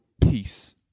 peace